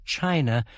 China